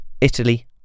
Italy